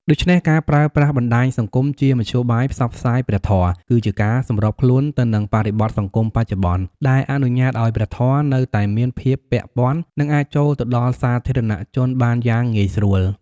ដូច្នេះ ការប្រើប្រាស់បណ្តាញសង្គមជាមធ្យោបាយផ្សព្វផ្សាយព្រះធម៌ គឺជាការសម្របខ្លួនទៅនឹងបរិបទសង្គមបច្ចុប្បន្ន ដែលអនុញ្ញាតឱ្យព្រះធម៌នៅតែមានភាពពាក់ព័ន្ធ និងអាចចូលទៅដល់សាធារណជនបានយ៉ាងងាយស្រួល។